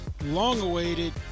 long-awaited